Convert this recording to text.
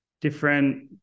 different